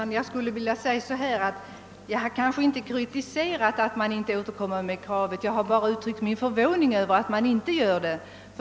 Herr talman! Jag har inte kritiserat att man ej återkommit med förra årets krav, jag har bara uttryckt min förvåning.